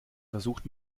versucht